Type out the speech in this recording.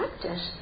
practice